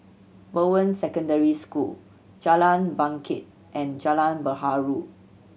Bowen Secondary School Jalan Bangket and Jalan Perahu